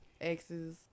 exes